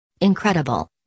Incredible